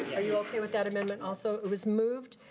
are you okay with that amendment also? it was moved,